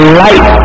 light